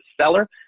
seller